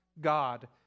God